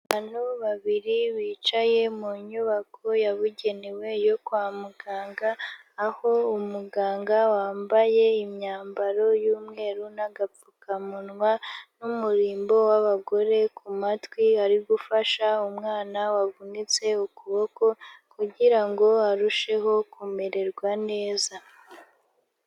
Abantu babiri bicaye mu nyubako yabugenewe yo kwa muganga, aho umuganga wambaye imyambaro y'umweru n'agapfukamunwa n'umurimbo w'abagore ku matwi ari gufasha umwana wavunitse ukuboko kugira ngo arusheho kumererwa neza.